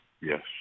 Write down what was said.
Yes